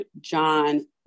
John